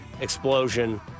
explosion